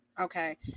Okay